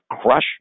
crush